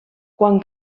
quan